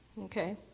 Okay